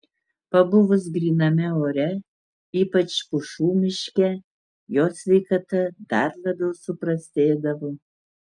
pabuvus gryname ore ypač pušų miške jo sveikata dar labiau suprastėdavo